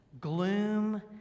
gloom